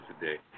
today